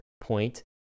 point